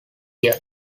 year